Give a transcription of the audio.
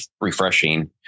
refreshing